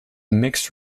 mixed